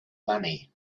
money